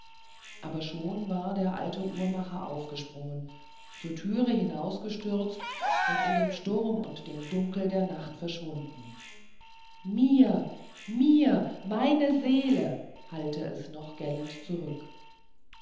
aber schon war der alte uhrmacher aufgesprungen zur thüre hinausgestürzt und in dem sturm und dem dunkel der nacht verschwunden mir mir meine seele hallte es noch gellend zurück